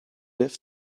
left